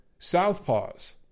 southpaws